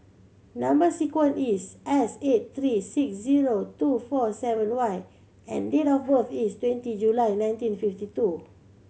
number sequence is S eight three six zero two four seven Y and date of birth is twenty July nineteen fifty two